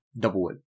Doublewood